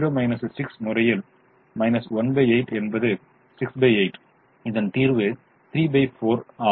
0 6 முறையில் 18 என்பது 68 இதன் தீர்வு 34 ஆகும்